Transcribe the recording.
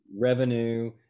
revenue